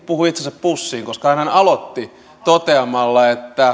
puhui itsensä pussiin koska hänhän aloitti toteamalla että